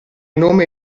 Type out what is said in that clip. nome